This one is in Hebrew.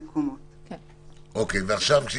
אחרי